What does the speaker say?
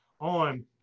on